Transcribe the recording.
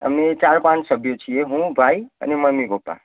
અમે ચાર પાંચ સભ્યો છીએ હું ભાઈ અને મમ્મી પપ્પા